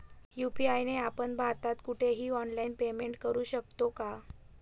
UPI ने आपण भारतात कुठेही ऑनलाईन पेमेंट करु शकतो का?